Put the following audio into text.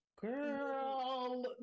Girl